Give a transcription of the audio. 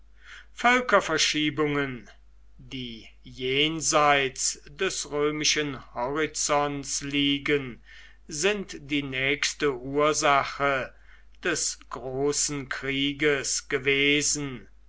anerkannt völkerverschiebungen die jenseits des römischen horizonts liegen sind die nächste ursache des großen krieges gewesen